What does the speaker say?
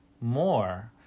more